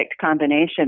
combination